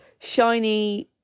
shiny